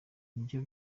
nivyo